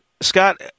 Scott